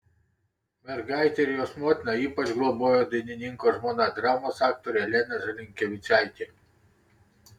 mergaitę ir jos motiną ypač globojo dainininko žmona dramos aktorė elena žalinkevičaitė